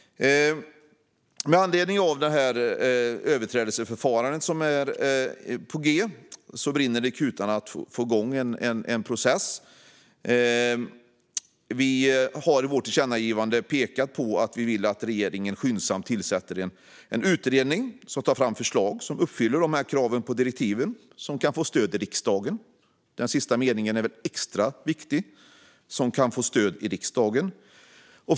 Med anledning av det överträdelseförfarande som är på gång brinner det i knutarna med att få igång en process. Vi har i vårt tillkännagivande pekat på att vi vill att regeringen skyndsamt tillsätter en utredning som tar fram förslag som uppfyller direktivets krav och som kan få stöd i riksdagen. Den sista delen - att det ska vara förslag som kan få stöd i riksdagen - är extra viktig.